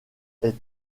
est